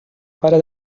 para